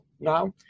now